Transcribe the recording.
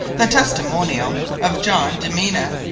the testimoniall of john de mena,